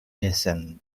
descent